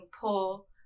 pull